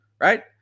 right